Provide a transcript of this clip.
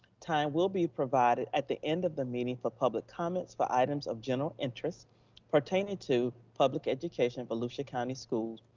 time will be provided at the end of the meeting for public comments for items of general interest pertaining to public education in volusia county schools.